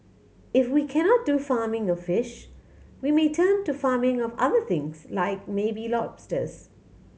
if we cannot do farming of fish we may turn to farming of other things like maybe lobsters